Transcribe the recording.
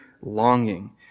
longing